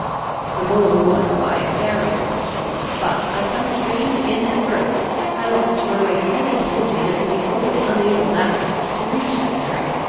the mode was by a ferry but, by some strange inadvertence, i lost my way so completely as to be wholly unable that night to reach the ferry,